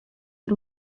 der